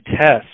test